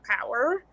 power